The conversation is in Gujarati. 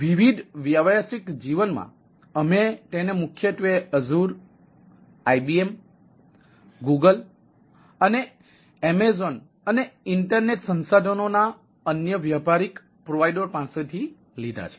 વિવિધ વ્યવસાયિક જીવનમાં અમે તેને મુખ્યત્વે Azure IBM Google અને Amazon અને ઇન્ટરનેટ સંસાધનોના અન્ય વ્યાપારી પ્રોવાઇડર પાસેથી લીધા છે